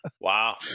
Wow